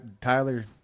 Tyler